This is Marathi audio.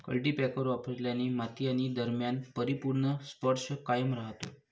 कल्टीपॅकर वापरल्याने माती आणि दरम्यान परिपूर्ण स्पर्श कायम राहतो